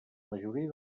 majoria